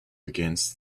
against